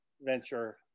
venture